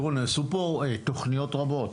נעשו פה תוכניות רבות.